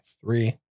three